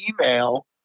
email